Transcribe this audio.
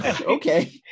okay